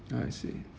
I see